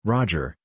Roger